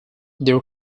their